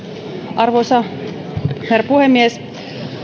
arvoisa herra puhemies